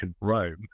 Rome